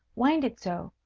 wind it so.